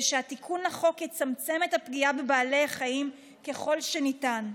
שהתיקון לחוק יצמצם את הפגיעה בבעלי חיים ככל שניתן,